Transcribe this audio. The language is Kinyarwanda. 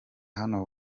hano